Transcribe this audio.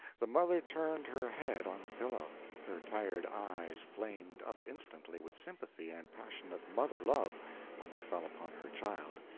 the mother turned her head on the pillow her tired eyes flamed up instantly with sympathy and passionate mother-love when they fell upon her child,